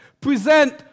Present